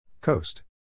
Coast